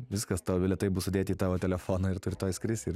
viskas tau bilietai bus sudėti į tavo telefoną ir tu rytoj skrisi ir